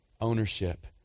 ownership